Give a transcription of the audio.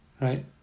right